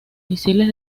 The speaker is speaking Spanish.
misiles